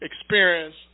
experience